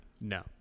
no